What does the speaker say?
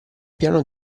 piano